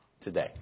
today